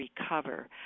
recover